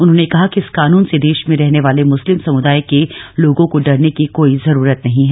उन्होंने कहा कि इस कानून से देश में रहने वाले मुस्लिम समुदाय के लोगों को डरने की जरूरत नहीं है